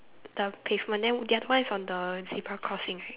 the pavement then the other one is on the zebra crossing right